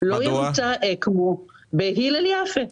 נמצא אקמו בהילל יפה.